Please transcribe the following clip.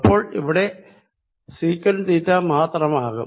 അപ്പോൾ ഇവിടെ സീക്കണ്ട് തീറ്റ മാത്രമാകും